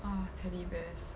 !wah! teddy bears